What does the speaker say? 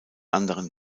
anderen